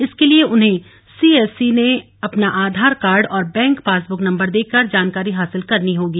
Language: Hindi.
इसके लिए उन्हें सीएससी से अपना आधार कार्ड और बैंक पासब्रक नंबर देकर जानकारी हासिल करनी होगी